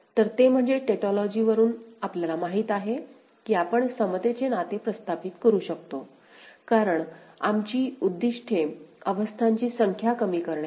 तर ते म्हणजे टॅटोलॉजीवरूनच आपल्याला माहित आहे की आपण समतेचे नाते प्रस्थापित करू शकतो कारण आमची उद्दीष्टे अवस्थांची संख्या कमी करणे आहे